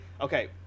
okay